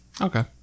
Okay